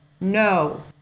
No